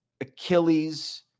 Achilles